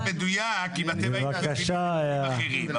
מדויק אם אתם הייתם מביאים נתונים אחרים.